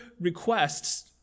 requests